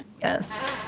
yes